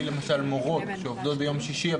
זה התחיל עם מורות שעובדות ביום שישי,